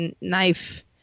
knife